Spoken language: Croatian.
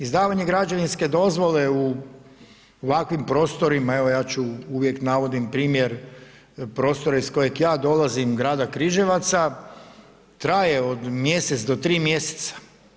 Izdavanje građevinske dozvole u ovakvim prostorima, evo ja ću, uvijek navodim primjer prostora iz kojega ja dolazim Grada Križevaca traje od mjesec do tri mjeseca.